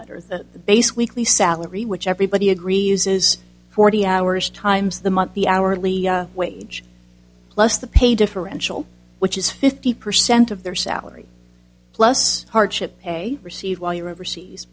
letter to the base weekly salary which everybody agree uses forty hours times the month the hourly wage plus the pay differential which is fifty percent of their salary plus hardship a receive while you're overseas